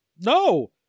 no